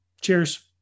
Cheers